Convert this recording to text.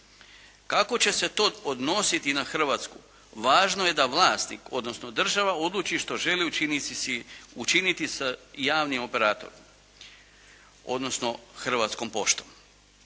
Kako će se to odnositi na Hrvatsku važno je da vlasnik, odnosno država odluči što želi učiniti sa javnim operatorom odnosno Hrvatskom poštom.